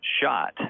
shot